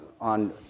on